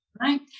Right